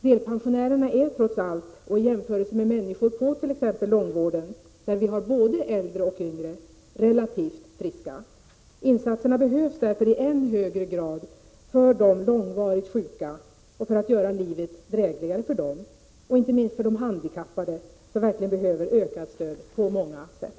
Delpensionärerna är trots allt — och i jämförelse med människor på t.ex. långvården där både äldre och yngre är blandade — relativt friska. Insatserna behövs därför i än högre grad för att göra livet drägligare för de långvarigt sjuka, och inte minst för de handikappade som verkligen behöver ökat stöd på många sätt.